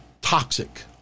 toxic